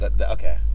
Okay